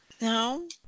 no